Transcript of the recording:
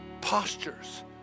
postures